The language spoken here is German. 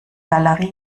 galerie